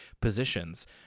positions